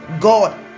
god